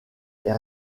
est